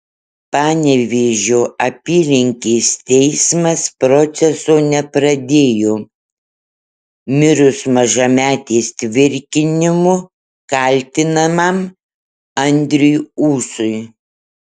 panevėžio apylinkės teismas proceso nepradėjo mirus mažametės tvirkinimu kaltinamam andriui ūsui